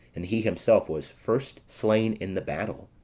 and he himself was first slain in the battle.